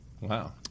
Wow